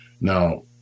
Now